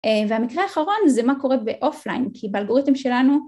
והמקרה האחרון זה מה קורה ב-offline, כי באלגוריתם שלנו...